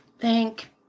thank